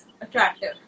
attractive